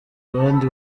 abandi